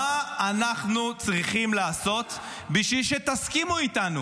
מה אנחנו צריכים לעשות בשבילי שתסכימו איתנו?